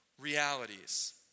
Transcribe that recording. realities